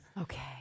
Okay